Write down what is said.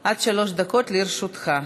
עד שלוש דקות לרשותך.